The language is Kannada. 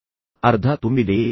ಇನ್ನು ಯಾವ ತೊಂದರೆಯೂ ಇಲ್ಲ